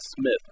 Smith